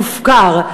מופקר,